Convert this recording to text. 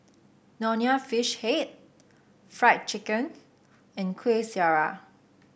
Nonya Fish Head Fried Chicken and Kueh Syara